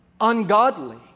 ungodly